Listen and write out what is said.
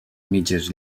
mitges